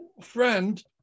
Friend